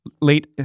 late